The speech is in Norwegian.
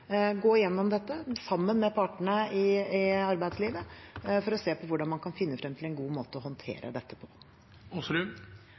gå igjennom dette, sammen med partene i arbeidslivet, for å se hvordan man kan finne frem til en god måte å